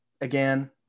again